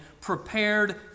prepared